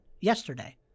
yesterday